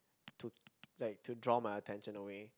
to like to draw my attention away